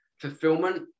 Fulfillment